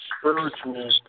spiritual